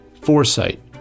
foresight